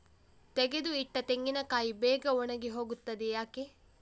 ತೆಗೆದು ಇಟ್ಟ ತೆಂಗಿನಕಾಯಿ ಬೇಗ ಒಣಗಿ ಹೋಗುತ್ತದೆ ಯಾಕೆ?